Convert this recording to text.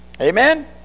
Amen